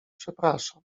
przepraszam